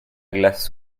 classe